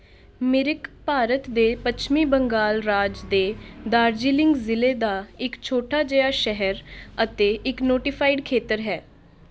ਮਿਰਿਕ ਭਾਰਤ ਦੇ ਪੱਛਮੀ ਬੰਗਾਲ ਰਾਜ ਦੇ ਦਾਰਜੀਲਿੰਗ ਜ਼ਿਲ੍ਹੇ ਦਾ ਇੱਕ ਛੋਟਾ ਜਿਹਾ ਸ਼ਹਿਰ ਅਤੇ ਇੱਕ ਨੋਟੀਫਾਈਡ ਖੇਤਰ ਹੈ